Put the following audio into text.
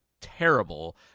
terrible